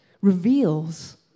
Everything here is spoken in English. reveals